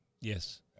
Yes